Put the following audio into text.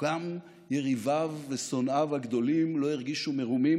גם יריביו ושונאיו הגדולים לא הרגישו מרומים.